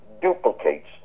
duplicates